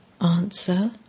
Answer